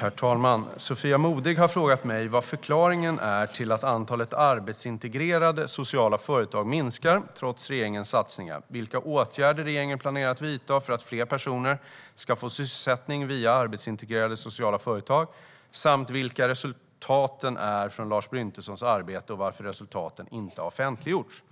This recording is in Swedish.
Herr talman! Sofia Modigh har frågat mig vad förklaringen är till att antalet arbetsintegrerande sociala företag minskar, trots regeringens satsningar, vilka åtgärder regeringen planerar att vidta för att fler personer ska få sysselsättning via arbetsintegrerande sociala företag samt vilka resultaten är från Lars Bryntessons arbete och varför resultaten inte har offentliggjorts.